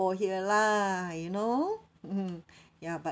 here lah you know ya but